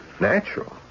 Natural